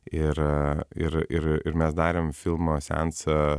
ir ir ir mes darėm filmo seansą